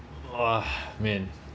!wah! man